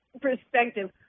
perspective